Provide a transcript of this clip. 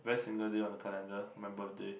very similar day on the calendar my birthday